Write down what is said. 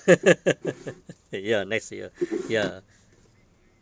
ya next year ya